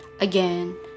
Again